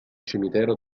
cimitero